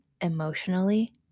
emotionally